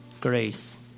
grace